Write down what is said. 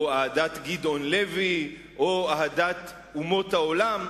אהדת גדעון לוי או אהדת אומות העולם.